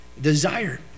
desire